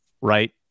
Right